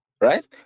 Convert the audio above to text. right